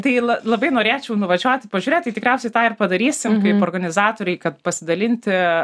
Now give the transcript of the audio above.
tai la labai norėčiau nuvažiuoti pažiūrėt ir tikriausiai tą ir padarysim organizatoriai kad pasidalinti